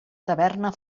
taverna